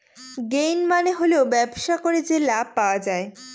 gain মানে হল ব্যবসা করে যে লাভ পায়